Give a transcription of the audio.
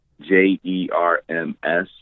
J-E-R-M-S